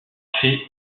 fait